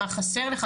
מה חסר לך?